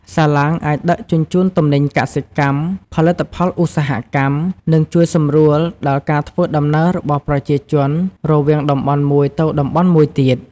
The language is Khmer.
សាឡាងអាចដឹកជញ្ជូនទំនិញកសិកម្ម ផលិតផលឧស្សាហកម្ម និងជួយសម្រួលដល់ការធ្វើដំណើររបស់ប្រជាជនរវាងតំបន់មួយទៅតំបន់មួយទៀត។